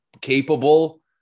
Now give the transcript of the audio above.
capable